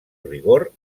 rigor